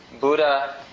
Buddha